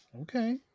Okay